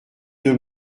deux